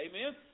Amen